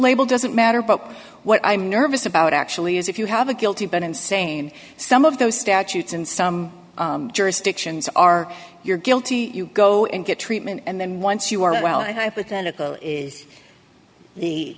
label doesn't matter but what i'm nervous about actually is if you have a guilty but insane some of those statutes in some jurisdictions are you're guilty you go and get treatment and then once you are well i put the nickel is the